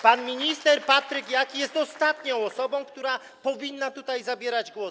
Pan minister Patryk Jaki jest ostatnią osobą, która powinna tutaj zabierać głos.